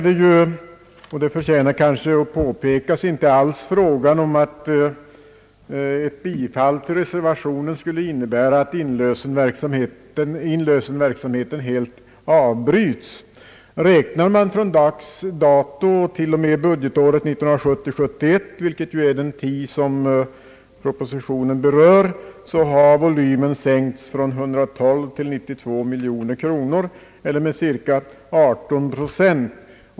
Det förtjänar att påpekas att det inte alls här är fråga om att ett bifall till reservationen skulle innebära att inlösningsverksamheten helt avbryts. Räknar man från dags dato till och med budgetåret 1970/71 — vilket är den tid som propositionen berör — finner man att volymen sänkts från 112 miljoner till 92 miljoner kronor eller med cirka 18 procent.